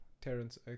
Terence